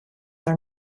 are